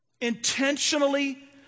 Intentionally